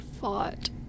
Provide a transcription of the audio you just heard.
fought